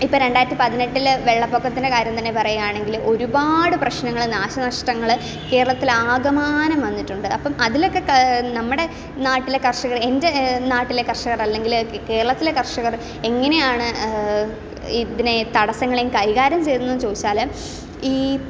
ഇപ്പം രണ്ടായിരത്തി പതിനെട്ടിൽ വെള്ളപ്പൊക്കത്തിന് കാര്യം തന്നെ പറയുകയാണെങ്കിലും ഒരുപാട് പ്രശ്നങ്ങളെ നാശനഷ്ടങ്ങൾ കേരളത്തിലാകമാനം വന്നിട്ടുണ്ട് അപ്പം അതിലൊക്കെ നമ്മുടെ നാട്ടിലെ കർഷകർ എൻ്റെ നാട്ടിലെ കർഷകർ അല്ലെങ്കിൽ കേരളത്തിലെ കർഷകർ എങ്ങനെയാണ് ഇതിനെ തടസ്സങ്ങളെയും കൈകാര്യം ചെയ്തതെന്ന് ചോദിച്ചാൽ ഈ